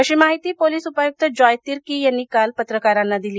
अशी माहिती पोलीस उपआयुक्त जॉयतिर्की यांनी काल पत्रकारांना दिली